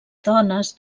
dones